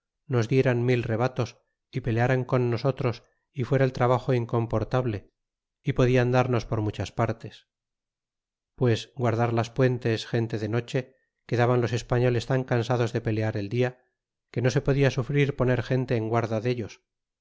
nos dieran mil re batos y pelearan con nosotros y fuera el trabajo mcomportable y podian darnos por muchas partes pues guardar las pum tes gente de noche quedaban los espaiioles tan cansados de pe lear el dia que no se podia sufrir poner gente en guarda de ellos